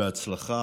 בהצלחה.